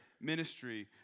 Ministry